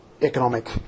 economic